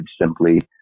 simply